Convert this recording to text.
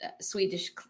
Swedish